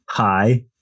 Hi